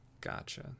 Gotcha